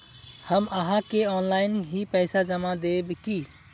हम आहाँ के ऑनलाइन ही पैसा जमा देब की?